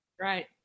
Right